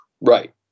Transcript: Right